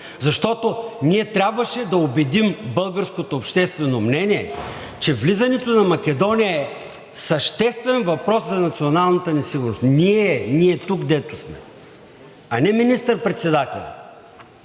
Защото ние трябваше да убедим българското обществено мнение, че влизането на Македония е съществен въпрос за националната ни сигурност. Ние, ние тук дето сме, а не министър-председателят!